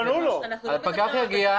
אבל הרשות לא ענתה לו.